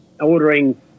ordering